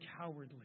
cowardly